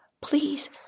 please